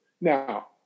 Now